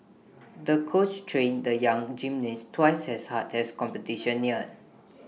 the coach trained the young gymnast twice as hard as the competition neared